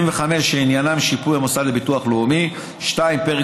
25 (שעניינם שיפוי המוסד לביטוח לאומי); 2. פרק